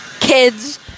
kids